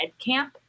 EdCamp